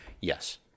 yes